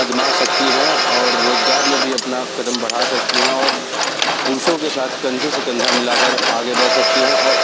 आज़मा सकती हैं और रोज़गार में भी अपना कदम बढ़ा सकती हैं और पुरुषों के साथ कंधे से कंधा मिला कर आगे बढ़ सकती हैं और